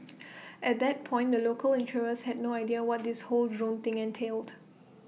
at that point the local insurers had no idea what this whole drone thing entailed